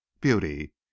beauty